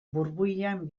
burbuilan